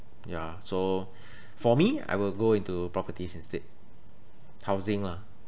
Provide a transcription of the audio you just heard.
ya so for me I will go into properties instead housing lah